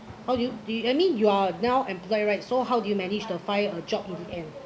how do you do I mean you are now employed right so how do you manage to find a job in the end